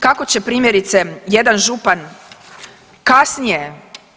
Kako će primjerice, jedan župan, kasnije